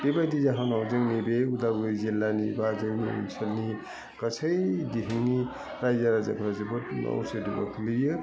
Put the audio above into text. बेबायदि जाहोनाव जोंनि बे अदालगुरि जिल्लानि बा जोंनि ओनसोलनि गासै दिगनि रायजो राजाफ्रा जोबोर असुबिदायाव गोलैयो